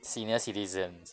senior citizens